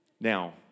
Now